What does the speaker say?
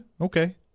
okay